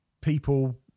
people